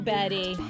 Betty